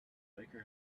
biker